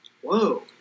Whoa